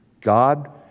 God